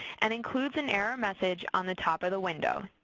and includes an error message on the top of the window.